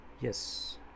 Yes